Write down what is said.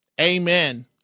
Amen